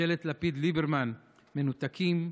ממשלת לפיד-ליברמן, מנותקים.